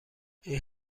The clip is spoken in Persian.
این